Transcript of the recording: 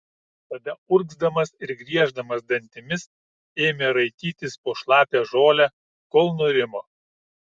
tada urgzdamas ir grieždamas dantimis ėmė raitytis po šlapią žolę kol nurimo